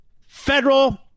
federal